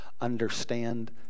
understand